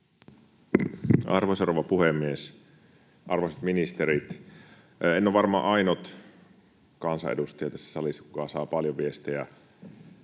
Arvoisa rouva puhemies! Arvoisat ministerit! En ole varmaan ainut kansanedustaja tässä salissa, kuka saa paljon viestejä